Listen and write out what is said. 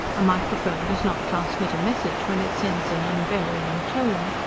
a microphone does not transmit a message when it sends an unvarying tone.